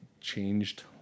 changed